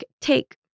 take